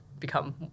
become